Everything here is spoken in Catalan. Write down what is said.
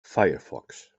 firefox